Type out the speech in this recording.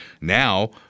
now